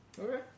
Okay